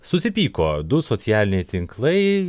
susipyko du socialiniai tinklai